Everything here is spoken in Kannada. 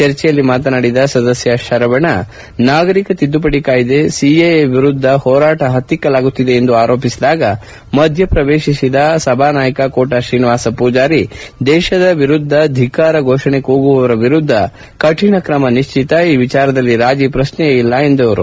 ಚರ್ಚೆಯಲ್ಲಿ ಮಾತನಾಡಿದ ಸದಸ್ಯ ಶರವಣ ನಾಗರಿಕ ತಿದ್ಲುಪಡಿ ಕಾಯಿದೆ ಸಿಎಎ ವಿರುದ್ಧದ ಹೋರಾಟ ಪತ್ರಿಕಲಾಗುತ್ತಿದೆ ಎಂದು ಆರೋಪಿಸಿದಾಗ ಮಧ್ಯ ಪ್ರವೇಶಿಸಿ ಮಾತನಾಡಿದ ಸಭಾನಾಯಕ ಕೋಟಾ ತ್ರೀನಿವಾಸ್ ಪೂಜಾರಿ ದೇಶದ ವಿರುದ್ದ ಧಿಕ್ಕಾರ ಘೋಷಣೆ ಕೂಗುವವರ ವಿರುದ್ದ ಕಠಿಣ ಕ್ರಮ ನಿಶ್ಚಿತ ಈ ವಿಚಾರದಲ್ಲಿ ರಾಜಿ ಪ್ರಶ್ನೆಯೇ ಇಲ್ಲ ಎಂದು ಹೇಳಿದರು